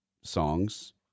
songs